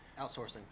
outsourcing